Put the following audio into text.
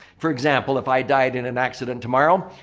for example, if i died in an accident tomorrow,